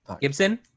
Gibson